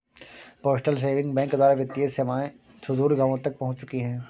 postal saving bank द्वारा वित्तीय सेवाएं सुदूर गाँवों तक पहुंच चुकी हैं